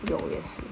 有也是